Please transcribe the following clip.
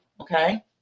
Okay